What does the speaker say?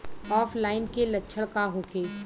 ऑफलाइनके लक्षण का होखे?